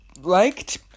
liked